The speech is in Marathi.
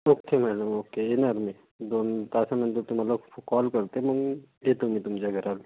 ओके मॅडम ओके येणार मी दोन तासानंतर तुम्हाला कॉल करते मग येतो मी तुमच्या घरावर